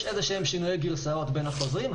יש איזשהם שינוי גרסאות בין החוזרים,